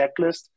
checklist